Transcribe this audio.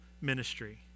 ministry